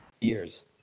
Years